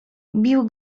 bił